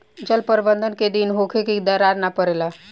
जल प्रबंधन केय दिन में होखे कि दरार न परेला?